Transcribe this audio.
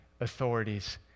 authorities